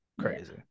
crazy